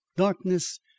Darkness